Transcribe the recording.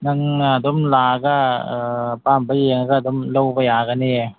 ꯅꯪꯅ ꯑꯗꯨꯝ ꯂꯥꯛꯑꯒ ꯑꯄꯥꯝꯕ ꯌꯦꯡꯉꯒ ꯑꯗꯨꯝ ꯂꯧꯕ ꯌꯥꯒꯅꯤꯌꯦ